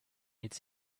its